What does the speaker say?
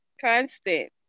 constant